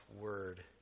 word